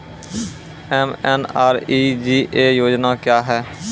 MNREGA योजना क्या हैं?